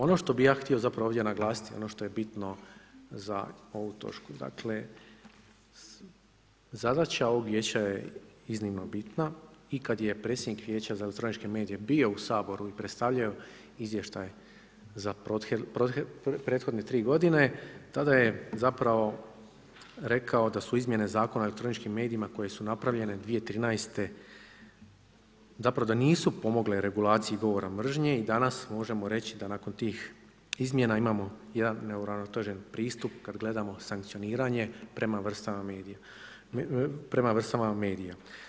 Ono što bih ja htio ovdje naglasiti i ono što je bitno za ovu točku, dakle zadaća ovog vijeća je iznimno bitna i kada je predsjednik Vijeća za elektroničke medije bio u Saboru i predstavljao izvještaj za prethodne tri godine tada je rekao da su izmjene Zakona o elektroničkim medijima koje su napravljene 2013. zapravo da nisu pomogle regulaciji govora mržnje i danas možemo reći da nakon tih izmjena imamo jedan neuravnotežen pristup kada gledamo sankcioniranje prema vrstama medija.